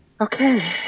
Okay